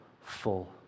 full